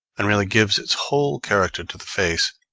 and really gives its whole character to the face,